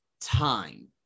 time